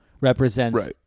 represents